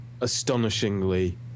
astonishingly